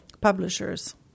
publishers